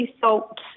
salt